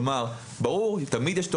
כלומר ברור שתמיד יש תוכניות,